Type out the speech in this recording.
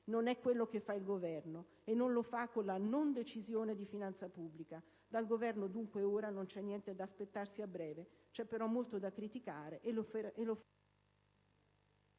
Non è quello che fa il Governo; non lo fa con la non-Decisione di finanza pubblica. Dal Governo, dunque, ora non c'è niente da aspettarsi a breve. C'è, però, molto da criticare, e noi